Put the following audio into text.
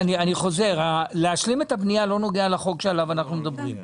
אני חוזר השלמת הבנייה לא נוגעת לחוק שעליו אנחנו מדברים.